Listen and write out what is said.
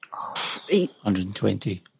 120